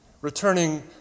returning